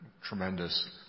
tremendous